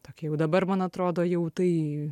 tokie jau dabar man atrodo jau tai